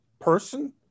person